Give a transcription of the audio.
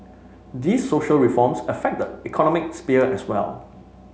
these social reforms affect the economic sphere as well